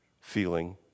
feeling